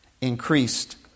increased